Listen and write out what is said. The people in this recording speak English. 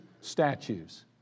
statues